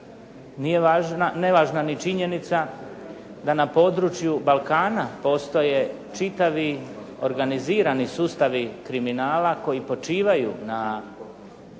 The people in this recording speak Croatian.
nije nevažna ni činjenica da na području Balkana postoje čitavi organizirani sustavi kriminala koji počivaju na